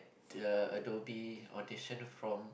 the Adobe audition from